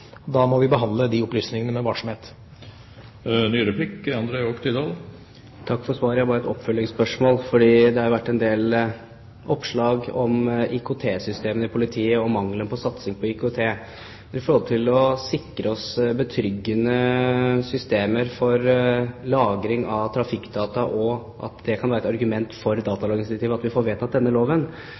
Da må vi behandle de opplysningene med varsomhet. Takk for svaret. Jeg har et oppfølgingsspørsmål. Det har vært en del oppslag om IKT-systemene i politiet og mangelen på satsing på IKT med hensyn til å sikre oss betryggende systemer for lagring av trafikkdata, og at det kan være et argument for datalagringsdirektivet at vi får vedtatt denne loven.